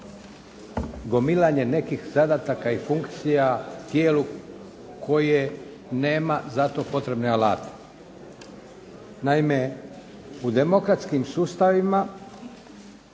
gomilanje nekih zadataka i funkcija tijelu koje nema za to potrebne alate. Naime, u demokratskim sustavima